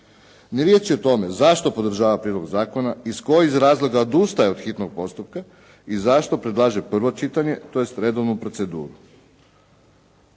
Ni riječi o tome, zašto podržava prijedlog zakona, iz kojih razloga odustaje od hitnog postupka i zašto predlaže prvo čitanje tj. redovnu proceduru.